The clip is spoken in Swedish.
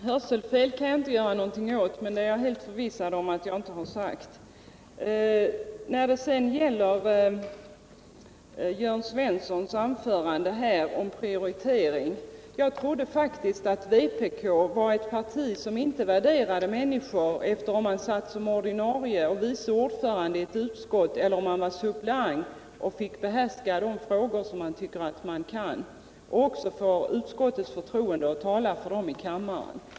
Herr talman! Hörfel kan jag inte göra någonting åt, men det är jag helt förvissad om att jag inte har sagt. När det gäller Jörn Svenssons anförande om prioriteringar så trodde faktiskt jag att vpk var ett parti som inte värderade människor efter om man satt som ordinarie ledamot och vice ordförande i ett utskott eller om man var suppleant och fick utskottets förtroende att i kammaren tala för de frågor som man behärskar.